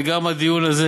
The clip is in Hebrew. וגם הדיון הזה,